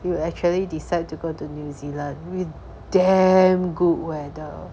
you actually decide to go to new zealand with damn good weather